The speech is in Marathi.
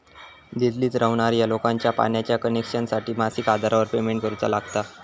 दिल्लीत रव्हणार्या लोकांका पाण्याच्या कनेक्शनसाठी मासिक आधारावर पेमेंट करुचा लागता